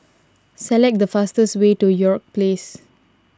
select the fastest way to York Place